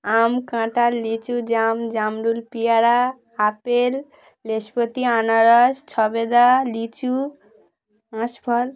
আম কাঁঠাল লিচু জাম জামরুল পেয়ারা আপেল নাশপাতি আনারস সবেদা লিচু আঁশফল